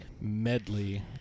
medley